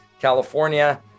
California